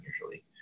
usually